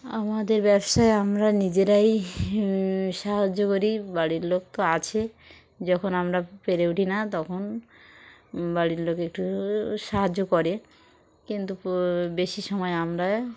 আমাদের ব্যবসায় আমরা নিজেরাই সাহায্য করি বাড়ির লোক তো আছে যখন আমরা পেরে উঠি না তখন বাড়ির লোক একটু সাহায্য করে কিন্তু বেশি সময় আমরা